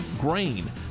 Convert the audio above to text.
grain